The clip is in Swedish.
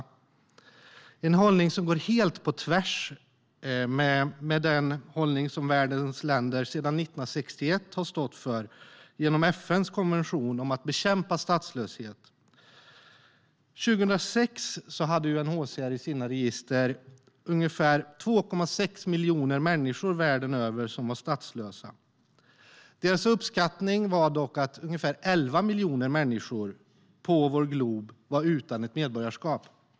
Det är en hållning som går helt på tvärs med den hållning som världens länder sedan 1961 har stått bakom genom FN:s konvention om att bekämpa statslöshet. År 2006 hade UNHCR i sina register ungefär 2,6 miljoner människor världen över som var statslösa. Deras uppskattning var dock att ungefär 11 miljoner människor på vår glob var utan ett medborgarskap.